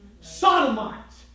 Sodomites